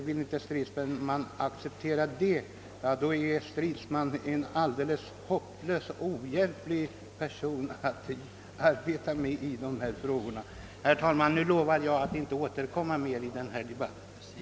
Vill inte herr Stridsman acceptera det, då är herr Stridsman en ohjälpligt hopplös person att arbeta med i de här frågorna. Herr talman! Nu lovar jag att inte återkomma mer i den här debatten.